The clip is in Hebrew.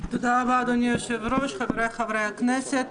תודה רבה, אדוני היושב-ראש, חבריי חברי הכנסת,